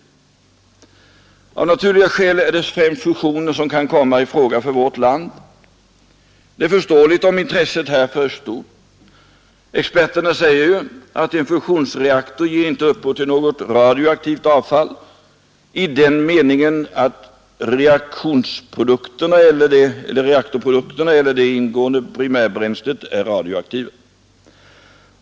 Av naturliga skäl är det främst fusionen som kan komma i fråga för vårt land. Det är förståeligt om intresset härför är stort. Experterna säger ju att en fusionsreaktor ger inte upphov till något radioaktivt avfall i den meningen att reaktionsprodukterna eller det ingående primärbränslet är radioaktiva.